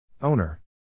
Owner